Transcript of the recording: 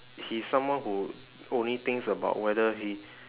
he is someone who only thinks about whether he